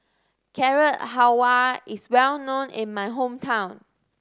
Carrot Halwa is well known in my hometown